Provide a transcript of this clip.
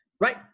right